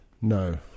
No